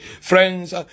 Friends